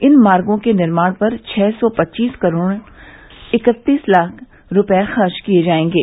इन मार्गो के निर्माण पर छह सौ पच्चीस करोड़ इकतीस लाख रूपये खर्च किये जायेंगे